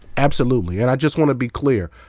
absolutely, and i just want to be clear.